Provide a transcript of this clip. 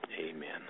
Amen